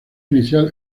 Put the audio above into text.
inicial